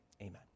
Amen